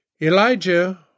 Elijah